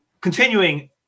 Continuing